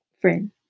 friend